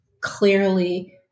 clearly